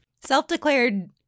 Self-declared